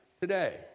today